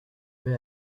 vais